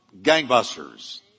gangbusters